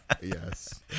Yes